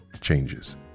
changes